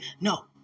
No